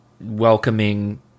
welcoming